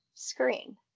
screen